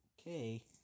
Okay